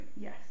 yes